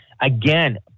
Again